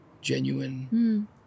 genuine